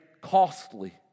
costly